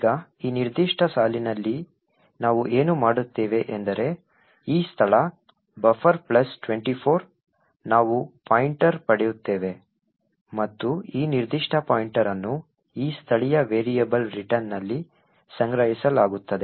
ಈಗ ಈ ನಿರ್ದಿಷ್ಟ ಸಾಲಿನಲ್ಲಿ ನಾವು ಏನು ಮಾಡುತ್ತೇವೆ ಎಂದರೆ ಈ ಸ್ಥಳ buffer ಪ್ಲಸ್ 24 ನಾವು ಪಾಯಿಂಟರ್ ಪಡೆಯುತ್ತೇವೆ ಮತ್ತು ಈ ನಿರ್ದಿಷ್ಟ ಪಾಯಿಂಟರ್ ಅನ್ನು ಈ ಸ್ಥಳೀಯ ವೇರಿಯಬಲ್ ರಿಟರ್ನ್ನಲ್ಲಿ ಸಂಗ್ರಹಿಸಲಾಗುತ್ತದೆ